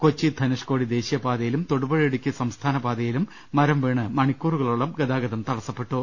കൊച്ചി ധനുഷ്ക്കോടി ദേശീയപാതയിലും തൊടുപുഴ ഇടുക്കി സംസ്ഥാന പാതയിലും മരം വീണ് മണിക്കൂറുകളോളം ഗത്യാഗത്തം തടസ്സപ്പെട്ടു